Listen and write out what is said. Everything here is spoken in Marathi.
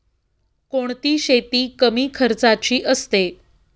कोणती शेती कमी खर्चाची असते?